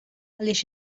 għaliex